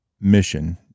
mission